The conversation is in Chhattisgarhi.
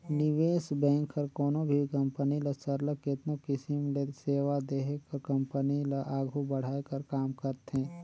निवेस बेंक हर कोनो भी कंपनी ल सरलग केतनो किसिम ले सेवा देहे कर कंपनी ल आघु बढ़ाए कर काम करथे